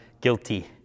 guilty